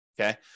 Okay